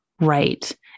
right